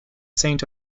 saint